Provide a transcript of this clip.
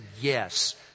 yes